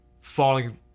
falling